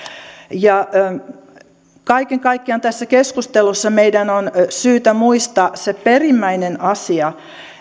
kaiken kaikkiaan tässä keskustelussa meidän on syytä muistaa se perimmäinen asia